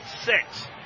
six